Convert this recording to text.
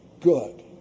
good